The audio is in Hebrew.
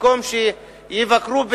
במקום שיבקרו באילת,